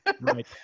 right